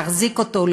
להחזיק אותו,